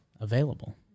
Available